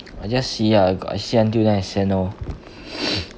I just see ah I got see until then I send lor